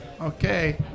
Okay